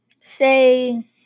say